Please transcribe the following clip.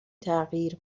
تغییر